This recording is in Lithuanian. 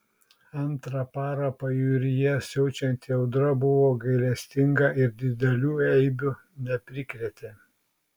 antrą parą pajūryje siaučianti audra buvo gailestinga ir didelių eibių neprikrėtė